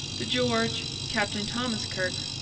the george, captain thomas kirke,